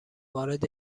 وارد